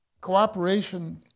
cooperation